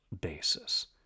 basis